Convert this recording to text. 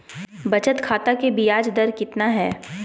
बचत खाता के बियाज दर कितना है?